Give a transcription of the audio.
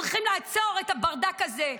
צריכים לעצור את הברדק הזה.